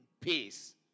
peace